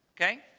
okay